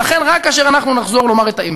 ולכן, רק כאשר אנחנו נחזור לומר את האמת: